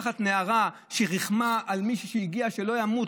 לקחת נערה שריחמה על מישהו שהגיע שלא ימות,